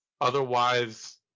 otherwise